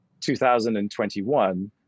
2021